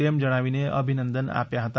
તેમ જણાવીને અભિનંદન આપ્યા હતા